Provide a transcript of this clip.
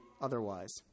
otherwise